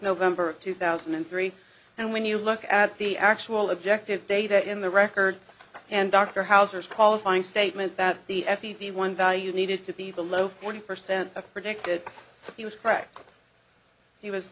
november of two thousand and three and when you look at the actual objective data in the record and dr hauser is qualifying statement that the f t the one value needed to be below forty percent of predicted he was